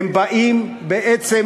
הם באים בעצם